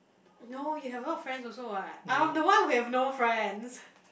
no you have a lot of friends also what I'm the one who have no friends